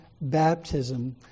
baptism